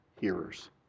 hearers